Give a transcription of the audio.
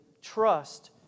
trust